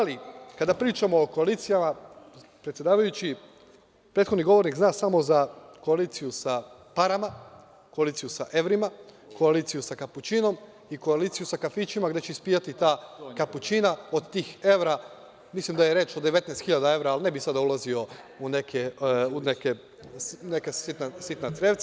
Ali, kada pričamo o koalicijama, predsedavajući, prethodni govornik zna samo za koaliciju sa parama, koaliciju sa evrima, koaliciju sa kapućinom i koaliciju sa kafićima gde će ispijati ta kapućina od tih evra, mislim da je reč o 19.000 evra, ali ne bih sada ulazio u neka sitna crevca.